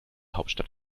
hauptstadt